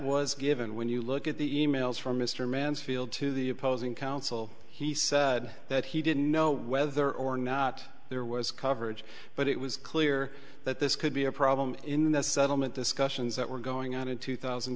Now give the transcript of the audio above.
was given when you look at the e mails from mr mansfield to the opposing counsel he said that he didn't know whether or not there was coverage but it was clear that this could be a problem in the settlement discussions that were going on in two thousand